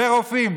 ברופאים.